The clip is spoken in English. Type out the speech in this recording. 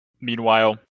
Meanwhile